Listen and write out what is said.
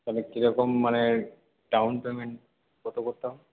মানে কী রকম মানে ডাউন পেমেন্ট কত করে তাও